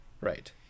right